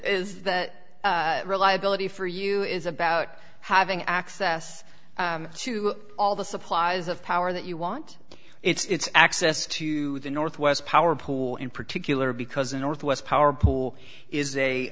is that reliability for you is about having access to all the supplies of power that you want it's access to the northwest power pool in particular because a north west power pole is a